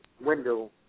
window